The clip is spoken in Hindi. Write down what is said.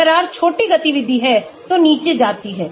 अगर R छोटी गतिविधि है तो नीचे जाती है